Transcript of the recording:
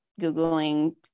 googling